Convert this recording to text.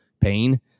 pain